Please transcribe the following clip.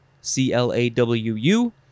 C-L-A-W-U